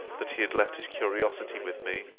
that he had left his curiosity with me,